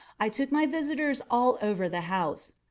i took my visitors all over the house.